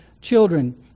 children